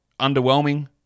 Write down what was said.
underwhelming